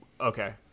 Okay